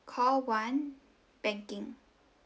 call one banking